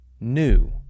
new